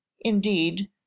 indeed